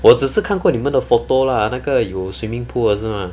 我只是看过你们的 photo lah 那个有 swimming pool 的是 mah